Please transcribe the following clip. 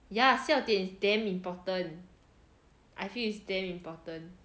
ya 笑点 is damn important I feel it's damn important